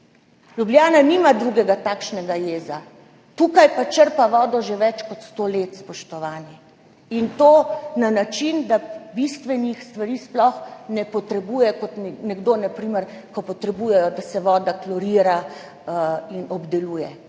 Ljubljana nima drugega takšnega jeza, tukaj črpa vodo že več kot sto let, spoštovani, in to na način, da bistvenih stvari sploh ne potrebuje, kot nekje, na primer, ko morajo vodo klorirati in obdelovati.